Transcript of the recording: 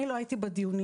אני לא הייתי בדיונים,